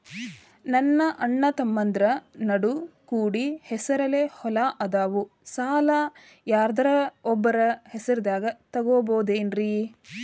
ನಮ್ಮಅಣ್ಣತಮ್ಮಂದ್ರ ನಡು ಕೂಡಿ ಹೆಸರಲೆ ಹೊಲಾ ಅದಾವು, ಸಾಲ ಯಾರ್ದರ ಒಬ್ಬರ ಹೆಸರದಾಗ ತಗೋಬೋದೇನ್ರಿ?